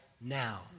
now